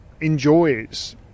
enjoys